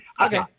Okay